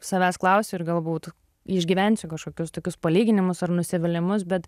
savęs klausiu ir galbūt išgyvensiu kažkokius tokius palyginimus ar nusivylimus bet